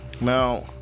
Now